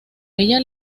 ella